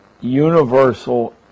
universal